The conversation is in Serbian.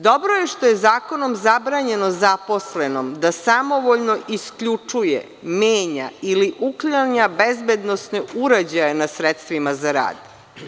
Dobro je što je zakonom zabranjeno zaposlenom da samovoljno isključuje, menja ili uklanja bezbednosne uređaje na sredstvima za rad.